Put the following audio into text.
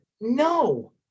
No